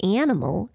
animal